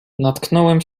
natknąłem